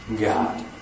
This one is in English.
God